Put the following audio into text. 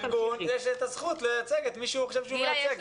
יש את הזכות לייצג את מי שהוא חושב שהוא מייצג.